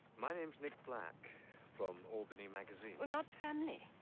my name's nick black from albany magazine. not family?